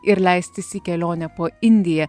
ir leistis į kelionę po indiją